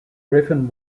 griffin